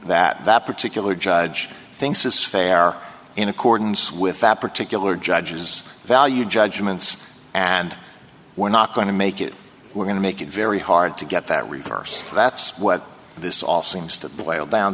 that that particular judge thinks is fair in accordance with that particular judge's value judgments and we're not going to make it we're going to make it very hard to get that reversed that's what this all seems to boil down